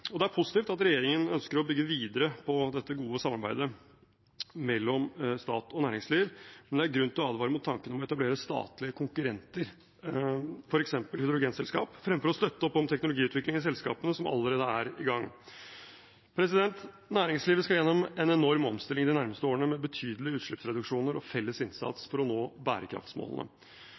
Det er positivt at regjeringen ønsker å bygge videre på dette gode samarbeidet mellom stat og næringsliv, men det er grunn til å advare mot tanken på å etablere statlige konkurrenter, f.eks. hydrogenselskap, fremfor å støtte opp om teknologiutvikling i selskapene som allerede er i gang. Næringslivet skal gjennom en enorm omstilling de nærmeste årene med betydelig utslippsreduksjoner og felles innsats for å nå bærekraftsmålene.